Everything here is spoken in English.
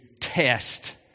test